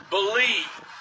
Believe